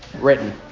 written